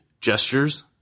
gestures